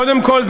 קודם כול,